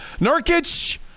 Nurkic